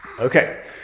Okay